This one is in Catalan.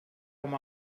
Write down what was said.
com